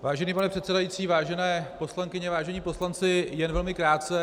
Vážený pane předsedající, vážené poslankyně, vážení poslanci, jen velmi krátce.